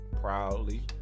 proudly